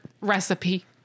recipe